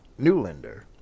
Newlander